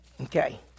Okay